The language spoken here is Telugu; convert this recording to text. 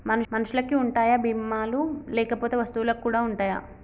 మనుషులకి ఉంటాయా బీమా లు లేకపోతే వస్తువులకు కూడా ఉంటయా?